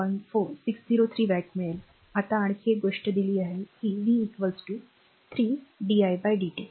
603 watt मिळेल आता आणखी एक गोष्ट दिली आहे की v 3 di dt